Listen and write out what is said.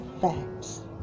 facts